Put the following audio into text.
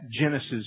Genesis